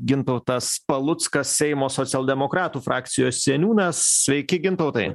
gintautas paluckas seimo socialdemokratų frakcijos seniūnas sveiki gintautai